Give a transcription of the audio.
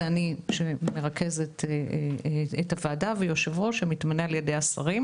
אני שמרכזת את הישיבה ויו"ר שמתמנה על ידי השרים,